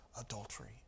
Adultery